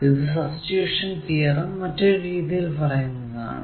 ഇത് substitution theorem മറ്റൊരു രീതിയിൽ പറയുന്നതാണ്